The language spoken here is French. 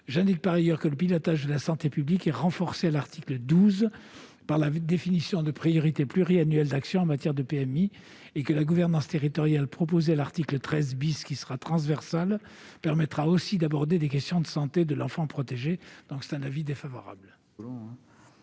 J'indique par ailleurs que le pilotage de la santé publique est renforcé à l'article 12 par la définition de priorités pluriannuelles d'action en matière de PMI et que la gouvernance territoriale proposée à l'article 13 , qui sera transversale, permettra aussi d'aborder des questions de santé de l'enfant protégé. La commission est donc défavorable